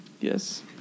Yes